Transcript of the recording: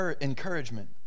encouragement